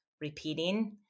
repeating